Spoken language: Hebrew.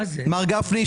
מר גפני,